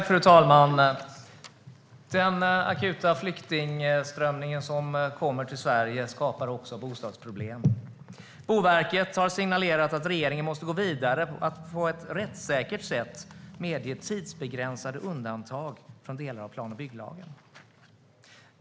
Fru talman! Den akuta flyktingströmmen till Sverige skapar också bostadsproblem. Boverket har signalerat att regeringen måste gå vidare och på ett rättssäkert sätt medge tidsbegränsade undantag från delar av plan och bygglagen.